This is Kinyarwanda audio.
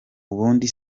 ubundi